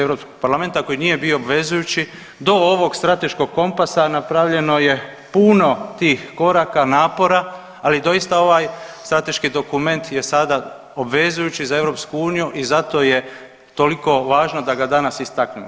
Europskog parlamenta koji nije bio obvezujući do ovog strateškog kompasa napravljeno je puno tih koraka, napora ali doista ovaj strateški dokument je sada obvezujući za EU i zato je toliko važno da ga danas istaknemo.